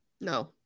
No